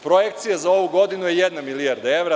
Projekcija za ovu godinu je jedna milijarda evra.